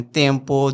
tempo